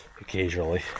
occasionally